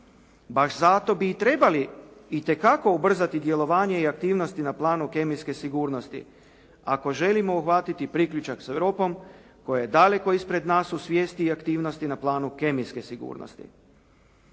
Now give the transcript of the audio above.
Baš zato bi i trebali itekako ubrzati djelovanje i aktivnosti na planu kemijske sigurnosti ako želimo uhvatiti priključak s Europom koja je daleko ispred nas u svijesti i aktivnosti na planu kemijske sigurnosti.